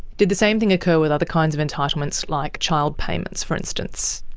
did the same thing occur with other kinds of entitlements like child payments for instance?